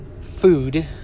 Food